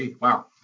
Wow